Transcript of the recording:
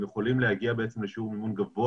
הם יכולים להגיע לשיעור מימון גבוה